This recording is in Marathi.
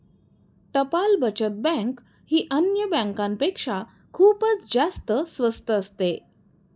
टपाल बचत बँक ही अन्य बँकांपेक्षा खूपच जास्त स्वस्त असते